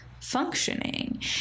functioning